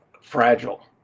fragile